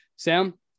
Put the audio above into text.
Sam